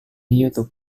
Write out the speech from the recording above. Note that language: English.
youtube